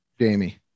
jamie